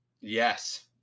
yes